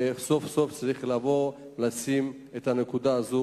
וסוף-סוף צריך לבוא לשים את הנקודה הזו.